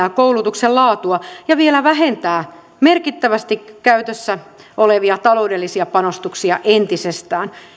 tasoa heikentää koulutuksen laatua ja vielä vähentää merkittävästi käytössä olevia taloudellisia panostuksia entisestään